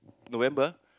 November